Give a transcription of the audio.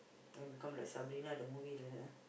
then become like Sabrina the movie like that ah